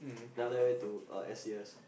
then after that I went to uh S_C_S